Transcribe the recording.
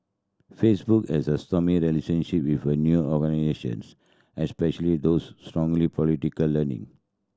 Facebook has a stormy relationship with new organisations especially those strong political leaning